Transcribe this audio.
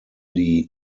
die